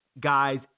guys